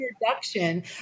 introduction